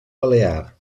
balear